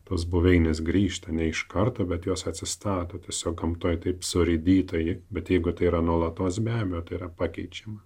tos buveinės grįžta ne iš karto bet jos atsistato tiesiog gamtoje taip surėdyta ji bet jeigu tai yra nuolatos be abejo yra pakeičiama